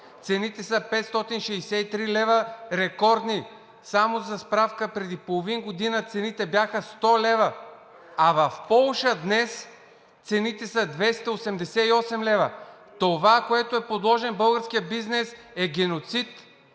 цените са рекордни – 563 лв. Само за справка преди половин година цените бяха 100 лв., а в Полша днес цените са 288 лв. Това, на което е подложен българският бизнес, е геноцид